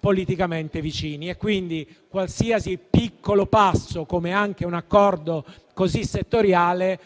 politicamente vicini. Quindi, qualsiasi piccolo passo, come un accordo così settoriale,